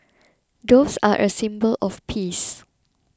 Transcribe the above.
doves are a symbol of peace